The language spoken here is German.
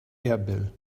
erbil